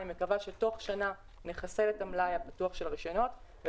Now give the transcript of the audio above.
אני מקווה שתוך שנה נחסל את המלאי הפתוח של הרישיונות.